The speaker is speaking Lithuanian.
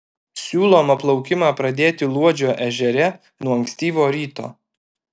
siūloma plaukimą pradėti luodžio ežere nuo ankstyvo ryto